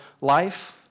life